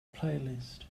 playlist